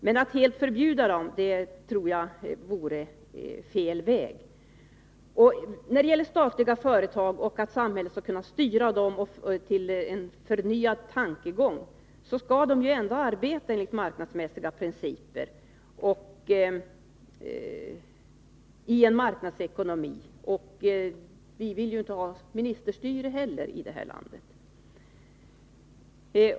Men att helt förbjuda import av dessa tror jag vore fel väg. När det gäller de statliga företagen och åsikten att samhället skulle försöka få in dem på ett förnyat tänkesätt vill jag säga att dessa företag ändå skall arbeta efter marknadsmässiga principer i en marknadsekonomi. Vi vill inte ha ministerstyre heller i det här landet.